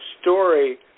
story